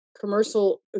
commercial